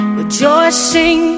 rejoicing